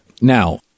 Now